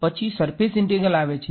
પછી surface integrals આવે છે